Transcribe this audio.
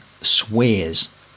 swears